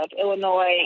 Illinois